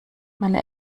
meine